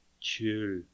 chill